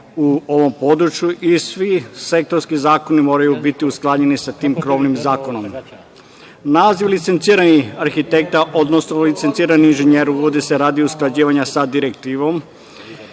u ovom području i svi sektorski zakoni moraju biti usklađeni sa tim krovnim zakonom. Naziv licenciranih arhitekata, odnosno licenciranih inženjer uvodi se radi usklađivanja sa direktivom.